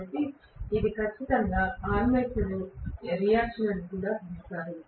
కనుక ఇది ఖచ్చితంగా ఇక్కడ ఆర్మేచర్ రియాక్షన్ అని కూడా పిలుస్తారు